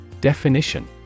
Definition